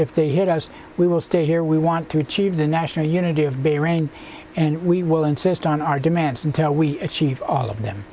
if they hit us we will stay here we want to achieve the national unity of bahrain and we will insist on our demands until we achieve all of them